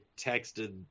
texted